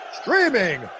streaming